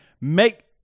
make